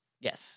yes